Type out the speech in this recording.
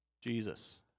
Jesus